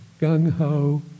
gung-ho